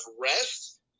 rest